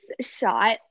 shot